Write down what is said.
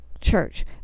church